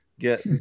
get